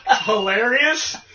hilarious